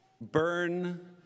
Burn